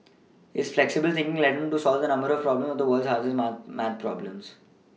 his flexible thinking led him to solve a number of the problems of the world's hardest mark math problems